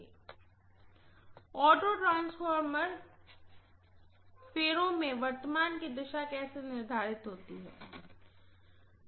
छात्र autotransformer winding में current की दिशा कैसे निर्धारित करें